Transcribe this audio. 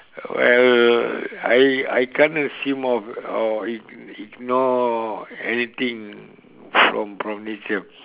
well I I can't uh see more of or ig~ ignore anything from from this year